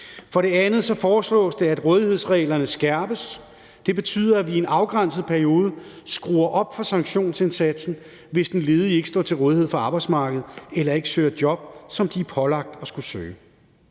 For det andet foreslås det, at rådighedsreglerne skærpes. Det betyder, at vi i en afgrænset periode skruer op for sanktionsindsatsen, hvis den ledige ikke står til rådighed for arbejdsmarkedet eller ikke søger job, som vedkommende er pålagt at skulle søge.